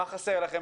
מה חסר לכם.